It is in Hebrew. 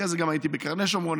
אחרי זה גם הייתי בקרני שומרון,